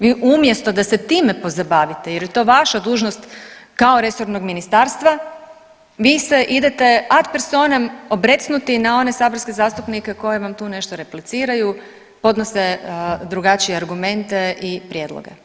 Vi umjesto da se time pozabavite jer je to vaša dužnost kao resornog ministarstva vi se idete ad personem obrecnuti na one saborske zastupnike koji vam tu nešto repliciraju, podnose drugačije argumente i prijedloge.